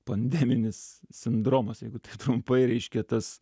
pandeminis sindromas jeigu taip trumpai reiškia tas